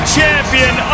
champion